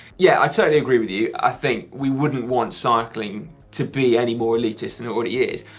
yeah, i totally agree with you. i think we wouldn't want cycling to be anymore elitist than it already is,